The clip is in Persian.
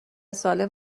سالم